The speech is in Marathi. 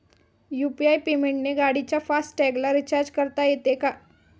यु.पी.आय पेमेंटने गाडीच्या फास्ट टॅगला रिर्चाज करता येते का?